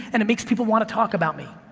and it makes people want to talk about me,